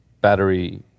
battery